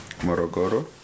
Morogoro